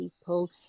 people